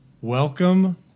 welcome